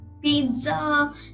pizza